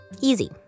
easy